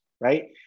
right